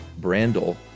Brandel